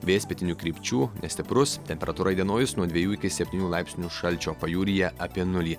vėjas pietinių krypčių nestiprus temperatūra įdienojus nuo dvejų iki septynių laipsnių šalčio pajūryje apie nulį